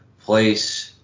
place